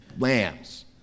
lambs